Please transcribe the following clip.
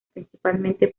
principalmente